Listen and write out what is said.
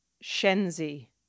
Shenzi